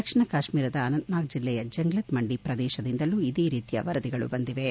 ದಕ್ಷಿಣ ಕಾಶ್ಮೀರದ ಅನಂತ್ನಾಗ್ ಜಿಲ್ಲೆಯ ಜಂಗ್ಲತ್ ಮಂಡಿ ಪ್ರದೇಶದಿಂದಲೂ ಇದೇ ರೀತಿಯ ವರದಿಗಳು ಬಂದಿವೆ